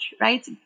right